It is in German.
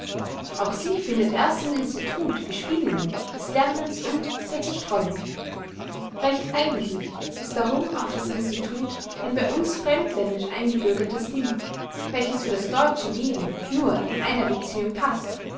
auch sie findet erst im institut gespielinnen des lernens und der zerstreuung recht eigentlich ist darum auch das institut ein bei uns fremdländisch eingebürgertes ding welches für das deutsche leben nur in einer beziehung paßt